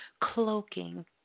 cloaking